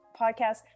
podcast